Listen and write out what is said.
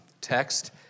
text